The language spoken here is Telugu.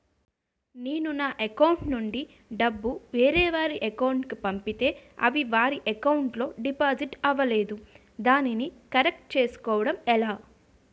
నేను నా అకౌంట్ నుండి డబ్బు వేరే వారి అకౌంట్ కు పంపితే అవి వారి అకౌంట్ లొ డిపాజిట్ అవలేదు దానిని కరెక్ట్ చేసుకోవడం ఎలా?